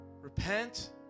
repent